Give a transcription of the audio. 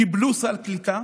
קיבלו סל קליטה,